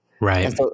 right